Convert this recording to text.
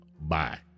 Bye